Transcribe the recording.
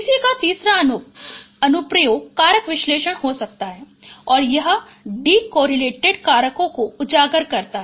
PCA का तीसरा अनुप्रयोग कारक विश्लेषण हो सकता है और यह डी कोरिलेटेड कारकों को उजागर करता है